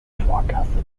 vorkasse